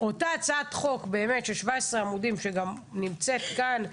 אותה הצעת חוק של 17 עמודים שגם נמצאת כאן,